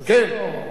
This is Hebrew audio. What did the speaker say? כן.